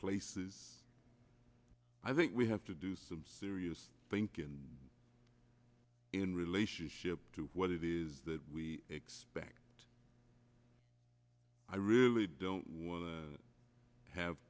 places i think we have to do some serious thinking in relationship to what it is that we expect i really don't want to have